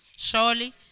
Surely